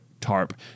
tarp